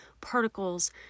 particles